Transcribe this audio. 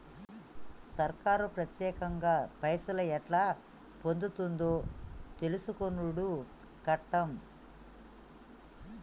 సర్కారు పత్యేకంగా పైసలు ఎట్లా పొందుతుందో తెలుసుకునుడు కట్టం